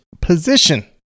position